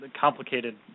complicated